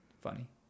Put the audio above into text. funny